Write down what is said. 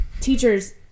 teachers